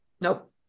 Nope